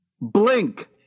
Blink